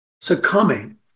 succumbing